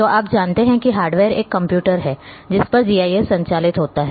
तो आप जानते हैं कि हार्डवेयर एक कंप्यूटर है जिस पर जीआईएस संचालित होता है